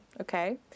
okay